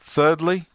Thirdly